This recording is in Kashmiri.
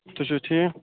تُہۍ چھِو حَظ ٹھیٖک